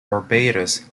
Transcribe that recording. barbados